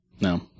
No